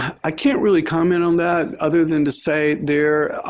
i can't really comment on that other than to say they're